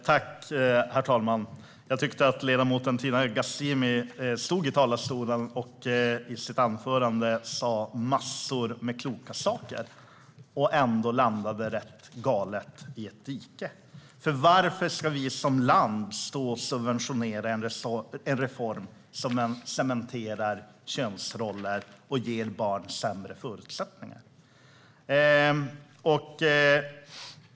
Herr talman! Ledamoten Tina Ghasemi stod i talarstolen och sa massor med kloka saker i sitt anförande. Ändå landade hon rätt galet, rent av i ett dike. Varför ska vi som land subventionera en reform som cementerar könsroller och ger barn sämre förutsättningar?